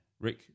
Rick